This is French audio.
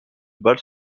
balle